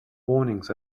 warnings